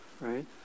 right